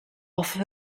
off